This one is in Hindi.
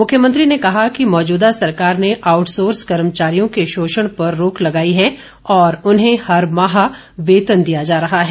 मुख्यमंत्री ने कहा कि मौजूदा सरकार ने आउटसोर्स कर्मचारियों के शोषण पर रोक लगाई है और उन्हें हर माह वेतन दिया जा रहा है